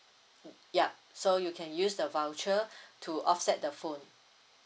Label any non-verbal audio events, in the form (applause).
(noise) ya so you can use the voucher (breath) to offset the phone